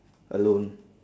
alone